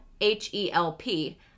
H-E-L-P